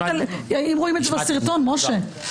אם רואים את זה בסרטון, משה.